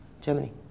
Germany